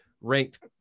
ranked